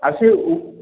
ଆଉ ସେ